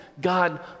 God